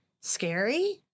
scary